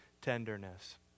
tenderness